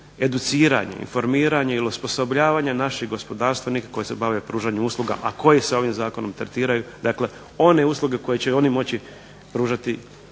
educiranja, informiranja i osposobljavanja naših gospodarstvenika koji se bave pružanjem usluga, a koji se ovim zakonom tretiraju. Dakle one usluge koje će oni moći pružati